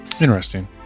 Interesting